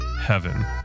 heaven